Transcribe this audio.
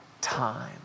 time